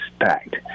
packed